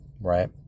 right